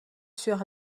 sur